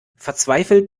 verzweifelt